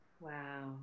wow